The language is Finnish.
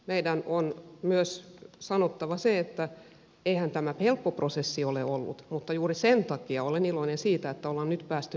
meidän on myös sanottava se että eihän tämä helppo prosessi ole ollut mutta juuri sen takia olen iloinen siitä että olemme nyt päässeet näin pitkälle